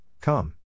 Come